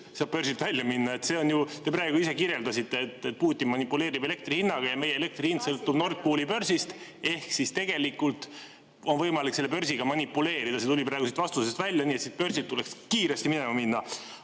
börsilt välja minna. Te praegu ise kirjeldasite, et Putin manipuleerib elektri hinnaga ja meie elektri hind sõltub Nord Pooli börsist ehk siis tegelikult on võimalik selle börsiga manipuleerida. See tuli praegu siit vastusest välja. Nii et börsilt tuleks kiiresti minema minna.